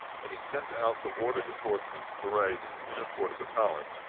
and he sent out to order his horsemen to parade in the inner court of the palace,